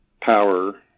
power